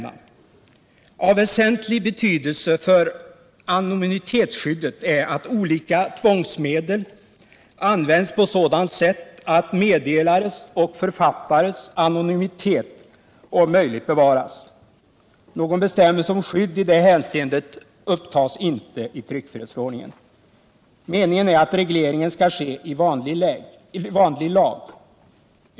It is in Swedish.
Av väsentlig betydelse för anonymitetsskyddet är att olika tvångsmedel används på sådant sätt att meddelares och författares anonymitet om möjligt bevaras. Någon bestämmelse om skydd i det hänseendet upptas inte i tryckfrihetsförordningen. Meningen är att regleringen skall ske i vanlig lag.